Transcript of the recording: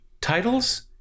titles